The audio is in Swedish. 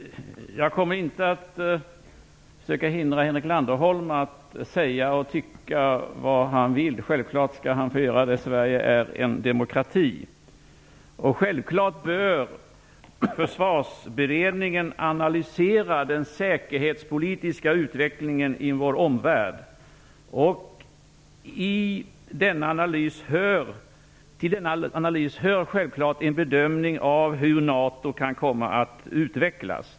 Herr talman! Jag kommer inte att försöka hindra Henrik Landerholm att säga och tycka vad han vill. Självfallet skall han få göra det. Sverige är en demokrati. Självfallet bör Försvarsberedningen analysera den säkerhetspolitiska utvecklingen i vår omvärld. Till denna analys hör självfallet en bedömning av hur NATO kan komma att utvecklas.